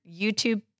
YouTube